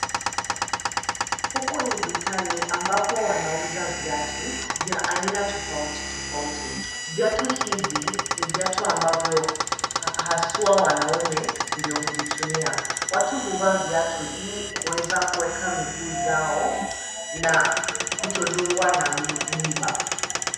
Huku ni dukani ambapo wanauza viatu vya aina tofauti tofauti. Viatu hivi ni viatu ambavyo haswa wanaume ndio huvitumia. Watu huvaa viatu ili kuweza kuweka miguu zao na kutodungwa na mwiba.